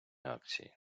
акції